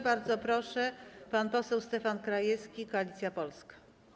Bardzo proszę, pan poseł Stefan Krajewski, Koalicja Polska.